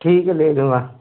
ठीक है ले दूँगा